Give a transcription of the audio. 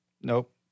Nope